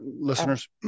listeners